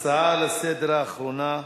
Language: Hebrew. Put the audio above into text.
נעבור להצעה לסדר-היום האחרונה,